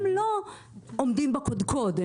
הם לא עומדים בקודקוד,